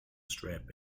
strip